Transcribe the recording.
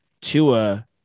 Tua